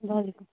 وَعلیکُم